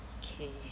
okay